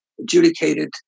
adjudicated